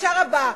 בבקשה רבה.